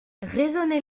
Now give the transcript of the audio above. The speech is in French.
raisonnait